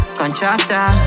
contractor